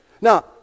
Now